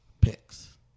picks